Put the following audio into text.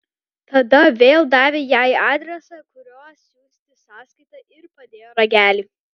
tada vėl davė jai adresą kuriuo siųsti sąskaitą ir padėjo ragelį